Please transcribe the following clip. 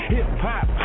Hip-hop